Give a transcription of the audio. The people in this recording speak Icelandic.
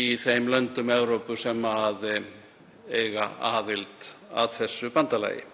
í þeim löndum Evrópu sem eiga aðild að þessu bandalagi